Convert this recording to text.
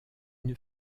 une